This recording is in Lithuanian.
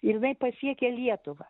ir jinai pasiekia lietuvą